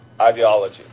ideology